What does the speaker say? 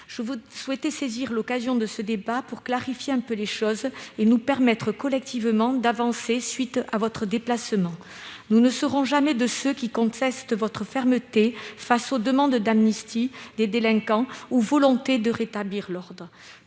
je souhaitais saisir l'occasion de ce débat pour clarifier un peu les choses et nous permettre, collectivement, d'avancer à la suite de votre déplacement. « Nous ne serons jamais de ceux qui contestent votre fermeté face aux demandes d'amnistie des délinquants, pas plus que votre volonté de rétablir l'ordre.